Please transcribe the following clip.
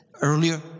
earlier